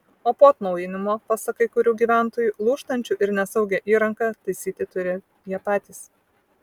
o po atnaujinimo pasak kai kurių gyventojų lūžtančią ir nesaugią įrangą taisyti turi jie patys